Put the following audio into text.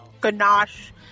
ganache